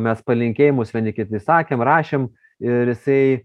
mes palinkėjimus vieni kiti sakėm rašėm ir jisai